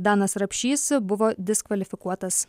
danas rapšys buvo diskvalifikuotas